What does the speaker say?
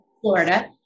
Florida